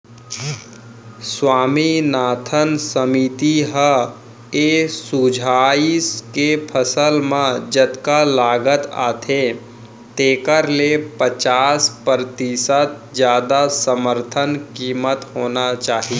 स्वामीनाथन समिति ह ए सुझाइस के फसल म जतका लागत आथे तेखर ले पचास परतिसत जादा समरथन कीमत होना चाही